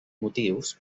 motius